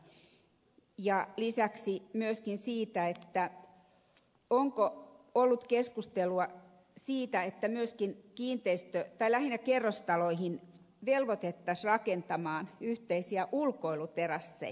olisin kysynyt lisäksi myöskin onko ollut keskustelua siitä että myöskin lähinnä kerrostaloihin velvoitettaisiin rakentamaan yhteisiä ulkoiluterasseja